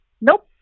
Nope